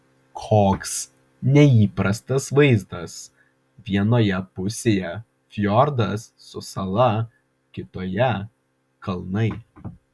koks neįprastas vaizdas vienoje pusėje fjordas su sala kitoje kalnai